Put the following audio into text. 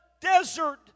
desert